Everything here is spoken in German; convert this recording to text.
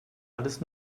alles